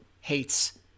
hates